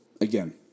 again